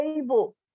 table